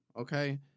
okay